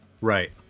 right